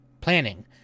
planning